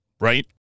right